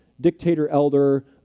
dictator-elder